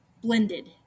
blended